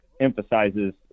emphasizes